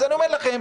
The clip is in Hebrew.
אז אני אומר לכם,